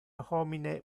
homine